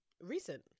Recent